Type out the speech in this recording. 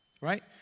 right